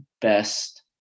best